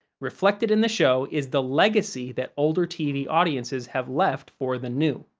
reflected in the show is the legacy that older tv audiences have left for the new.